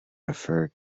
referred